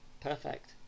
Perfect